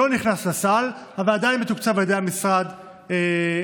שלא נכנס לסל אבל עדיין מתוקצב על ידי המשרד כטיפול,